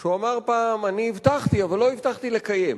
שהוא אמר פעם: אני הבטחתי אבל לא הבטחתי לקיים.